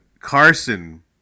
Carson